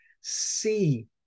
see